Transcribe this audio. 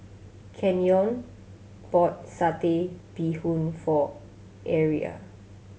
Kenyon bought Satay Bee Hoon for Aria